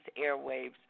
airwaves